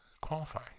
Qualify